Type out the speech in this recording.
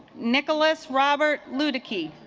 nikolas robert luda key